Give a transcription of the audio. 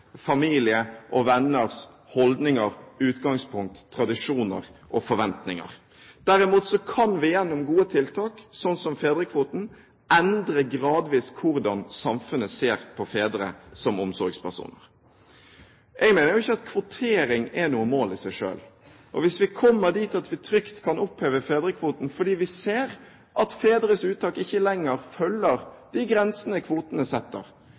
familie og venners holdninger, utgangspunkt, tradisjoner og forventninger. Derimot kan vi gjennom gode tiltak, sånn som fedrekvoten, gradvis endre hvordan samfunnet ser på fedre som omsorgspersoner. Jeg mener jo ikke at kvotering er noe mål i seg selv. Hvis vi kommer dit at vi trygt kan oppheve fedrekvoten fordi vi ser at fedres uttak ikke lenger følger de grensene kvotene setter,